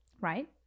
right